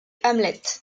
hamlet